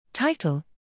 Title